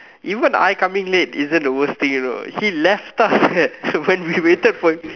even I coming late isn't the worst thing you know he left us eh when we waited for him